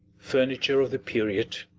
furniture of the period,